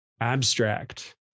abstract